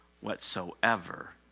whatsoever